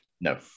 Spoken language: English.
no